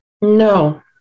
No